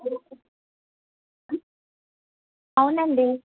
ఓ అవునండి